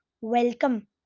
welcome